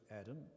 Adam